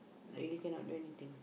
really cannot do anything